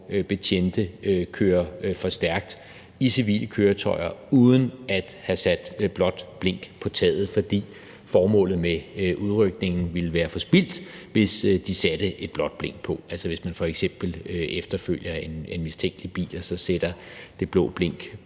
betjente kører for stærkt i civile køretøjer uden at have sat blåt blink på taget, fordi formålet med udrykningen ville være forspildt, hvis de satte et blåt blink på. Altså, hvis man f.eks. efterfølger en mistænkelig bil og så sætter det blå blink